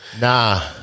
Nah